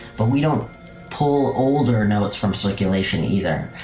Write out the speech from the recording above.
but we don't pull older notes from circulation either.